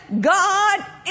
God